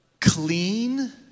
clean